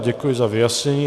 Děkuji za vyjasnění.